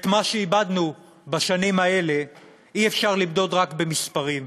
את מה שאיבדנו בשנים האלה אי-אפשר למדוד רק במספרים,